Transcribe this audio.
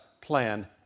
plan